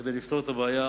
כדי לפתור את הבעיה